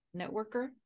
networker